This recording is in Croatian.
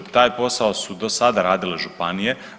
Taj posao su do sada radile županije.